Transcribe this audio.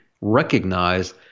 recognize